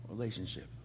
relationship